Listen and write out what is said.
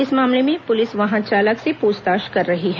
इस मामले में पुलिस वाहन चालक से पूछताछ कर रही है